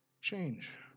change